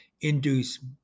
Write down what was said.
induce